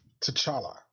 T'Challa